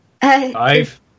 Five-